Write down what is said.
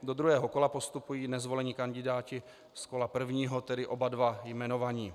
Do druhého kola postupují nezvolení kandidáti z kola prvního, tedy oba dva jmenovaní.